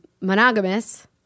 monogamous